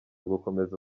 gukomeza